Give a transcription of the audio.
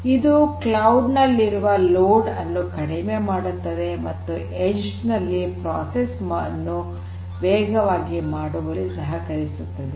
ಇದು ಕ್ಲೌಡ್ ನಲ್ಲಿರುವ ಲೋಡ್ ಅನ್ನು ಕಡಿಮೆ ಮಾಡುತ್ತದೆ ಮತ್ತು ಎಡ್ಜ್ ನಲ್ಲಿ ಪ್ರೋಸೆಸ್ ಅನ್ನು ವೇಗವಾಗಿ ಮಾಡುವಲ್ಲಿ ಸಹಕರಿಸುತ್ತದೆ